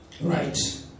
right